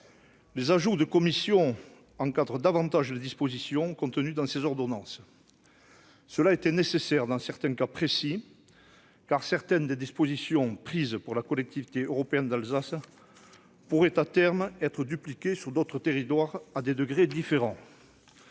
Les ajouts de la commission encadrent davantage les dispositions contenues dans les ordonnances. C'était nécessaire dans plusieurs cas précis, certaines des dispositions prises pour la Collectivité européenne d'Alsace (CEA) pouvant à terme être dupliquées sur d'autres territoires, à des degrés différents.